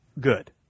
good